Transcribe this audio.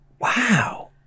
Wow